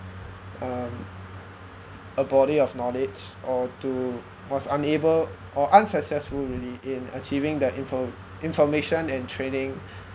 um a body of knowledge or to was unable or unsuccessfully in achieving their info~ information and training